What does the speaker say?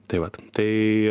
tai vat tai